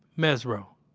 mesro,